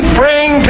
bring